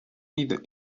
either